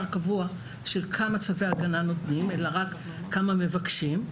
קבוע של כמה צווי הגנה נותנים אלא רק כמה מבקשים.